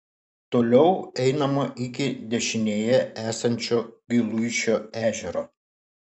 toliau einama iki dešinėje esančio giluišio ežero